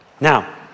Now